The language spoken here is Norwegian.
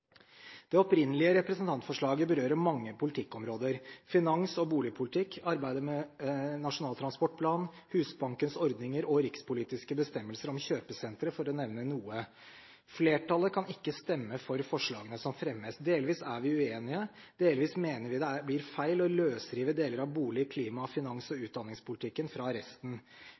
Det opprinnelige representantforslaget berører mange politikkområder: finans- og boligpolitikk, arbeidet med Nasjonal transportplan, Husbankens ordninger og rikspolitiske bestemmelser om kjøpesentre, for å nevne noe. Flertallet kan ikke stemme for forslagene som fremmes. Delvis er vi uenige, delvis mener vi det blir feil å løsrive deler av bolig-, klima-, finans- og utdanningspolitikken fra resten.